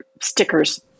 Stickers